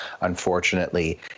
Unfortunately